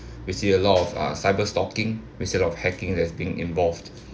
we see a lot of uh cyber stalking we see a lot of hacking that's being involved